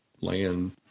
land